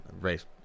race